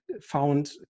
found